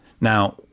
Now